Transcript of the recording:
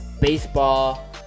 baseball